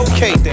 Okay